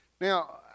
Now